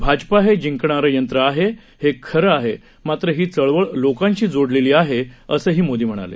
भाजपा हे जिकंणारं यंत्र आहे हे खरं आहे मात्र ही चळवळ लोकांशी जोडलेली आहे असंही मोदी म्हणाले